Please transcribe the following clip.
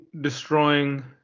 destroying